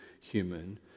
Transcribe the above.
human